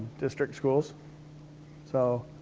district schools so.